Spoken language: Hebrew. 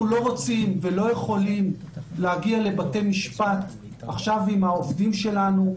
אנחנו לא רוצים ולא יכולים להגיע לבתי משפט עם העובדים שלנו.